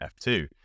F2